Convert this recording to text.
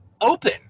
open